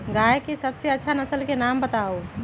गाय के सबसे अच्छा नसल के नाम बताऊ?